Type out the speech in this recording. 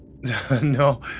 No